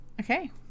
Okay